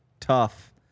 tough